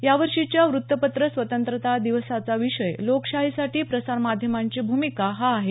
यावर्षीच्या व्तपत्र स्वतंत्रता दिवसाचा विषय लोकशाहीसाठी प्रसारमाध्यमांची भूमिका हा आहे